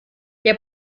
der